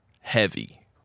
heavy